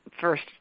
first